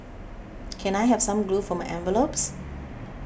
can I have some glue for my envelopes